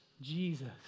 Jesus